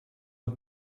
are